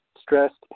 stressed